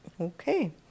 Okay